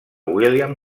william